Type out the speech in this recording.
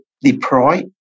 deploy